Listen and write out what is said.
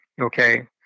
Okay